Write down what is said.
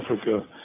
Africa